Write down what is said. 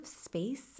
space